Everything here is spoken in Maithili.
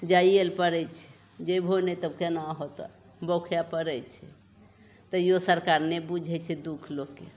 जाइ ले पड़ै छै जएबहो नहि तब कोना होतऽ बौखै पड़ै छै तैओ सरकार नहि बुझै छै दुख लोकके